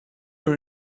are